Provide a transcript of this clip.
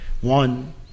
one